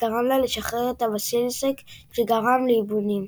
וגרם לה לשחרר את הבסיליסק שגרם לאיבונים.